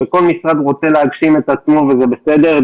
זה בסדר שכל משרד להגשים את עצמו דרכנו,